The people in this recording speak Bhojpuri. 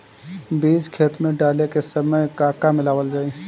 बीज खेत मे डाले के सामय का का मिलावल जाई?